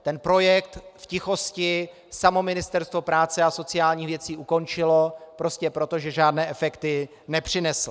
Tento projekt v tichosti samo Ministerstvo práce a sociálních věcí ukončilo prostě proto, že žádné efekty nepřinesl.